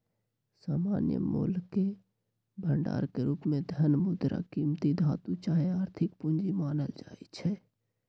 सामान्य मोलके भंडार के रूप में धन, मुद्रा, कीमती धातु चाहे आर्थिक पूजी मानल जाइ छै